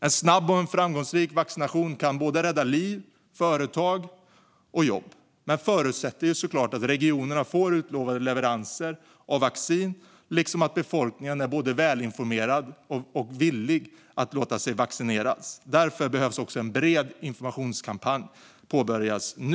En snabb och framgångsrik vaccination kan rädda liv, företag och jobb men förutsätter att regionerna får utlovade leveranser av vaccin liksom att befolkningen är välinformerad och villig att låta sig vaccineras. Därför behöver också en bred informationskampanj påbörjas nu.